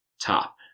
top